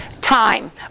time